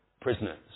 prisoners